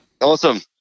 Awesome